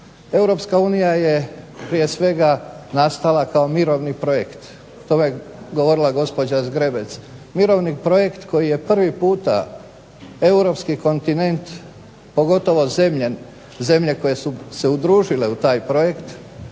Europska unija je prije svega nastala kao mirovni projekt. To je govorila gospođa Zgrebec. Mirovni projekt koji je prvi puta europski kontinent, pogotovo zemlje koje su se udružile u taj projekt